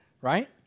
right